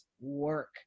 work